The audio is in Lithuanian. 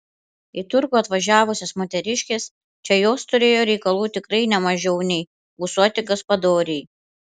į turgų atvažiavusios moteriškės čia jos turėjo reikalų tikrai ne mažiau nei ūsuoti gaspadoriai